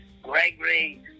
Gregory